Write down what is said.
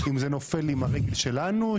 אם זה נופל עם הרגל שלנו,